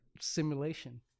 simulation